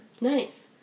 Nice